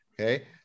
okay